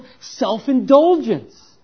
self-indulgence